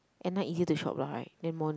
at night easier to shop lah right than morning